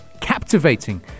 captivating